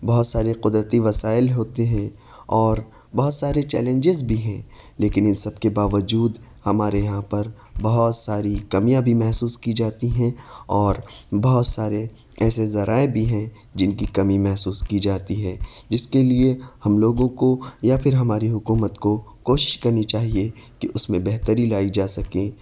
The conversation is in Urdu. بہت سارے قدرتی وسائل ہوتے ہیں اور بہت سارے چیلنجز بھی ہیں لیکن ان سب کے باوجود ہمارے یہاں پر بہت ساری کمیاں بھی محسوس کی جاتی ہیں اور بہت سارے ایسے ذرائع بھی ہیں جن کی کمی محسوس کی جاتی ہے جس کے لیے ہم لوگوں کو یا پھر ہماری حکومت کو کوشش کرنی چاہیے کہ اس میں بہتری لائی جا سکے